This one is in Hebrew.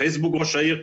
פייסבוק ראש העיר,